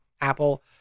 Apple